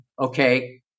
okay